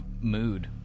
mood